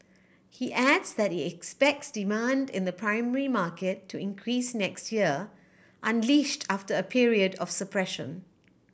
he adds that he expects demand in the primary market to increase next year unleashed after a period of suppression